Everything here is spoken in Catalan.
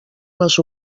les